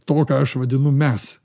to ką aš vadinu mes